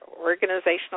organizational